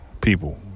people